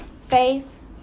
Faith